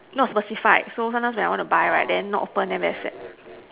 not specified so sometimes when I want to buy right then not open then very sad